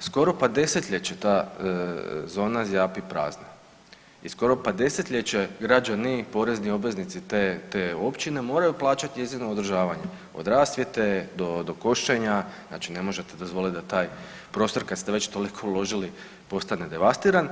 skoro pa desetljeće ta zona zjapi prazna i skoro pa desetljeće pa građani porezni obveznici te općine moraju plaćati njezino održavanje od rasvjete, do košenja, znači ne možete dozvoliti da taj prostor kad ste već toliko uložili postane devastiran.